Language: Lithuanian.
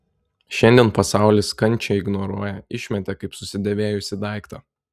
šiandien pasaulis kančią ignoruoja išmetė kaip susidėvėjusį daiktą